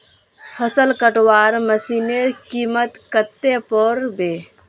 फसल कटवार मशीनेर कीमत कत्ते पोर बे